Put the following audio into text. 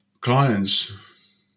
clients